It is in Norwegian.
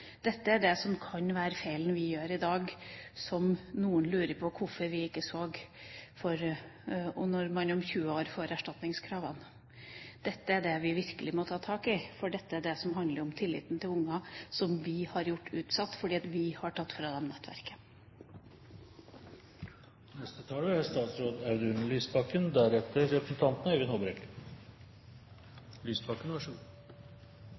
dette øverst på dagsordenen, for det er dette som er det mest akutte. Dette kan være den feilen vi gjør i dag som noen lurer på hvorfor vi ikke så når man om 20 år får erstatningskravene. Dette er det vi virkelig må ta tak i, for det er dette som handler om tilliten hos de barna som er utsatt fordi vi har tatt fra dem